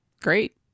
Great